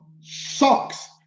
socks